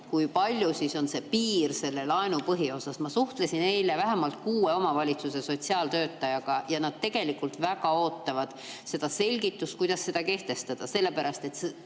kui suur on piir selle laenu põhiosa puhul. Ma suhtlesin eile vähemalt kuue omavalitsuse sotsiaaltöötajaga ja nad tegelikult väga ootavad selgitust, kuidas seda kehtestada, sellepärast et